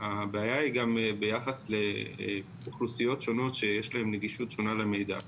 הבעיה היא ביחס לאוכלוסיות שונות שיש להן נגישות שונה למידע.